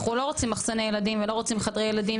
אנחנו לא רוצים מחסני ילדים ולא רוצים חדרי ילדים,